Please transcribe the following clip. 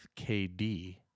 kd